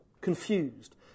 confused